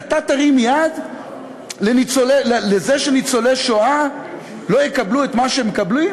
אתה תרים יד לזה שניצולי שואה לא יקבלו את מה שהם מקבלים?